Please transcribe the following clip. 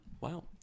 wow